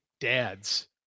dads